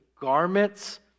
garments